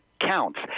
counts